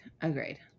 agreed